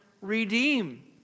redeem